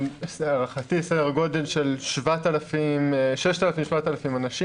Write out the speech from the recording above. להערכתי זה סדר גודל של 7,000-6,000 אנשים,